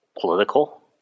political